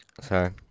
Sorry